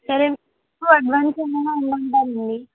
సరే ఎక్కువ అడ్వాన్స్ ఏమైనా ఇమ్మంటారండి